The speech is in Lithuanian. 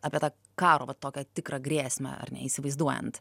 apie tą karo va tokią tikrą grėsmę ar neįsivaizduojant